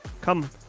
come